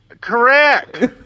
Correct